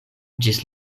ĝis